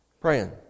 praying